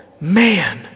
man